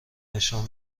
نشان